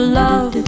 love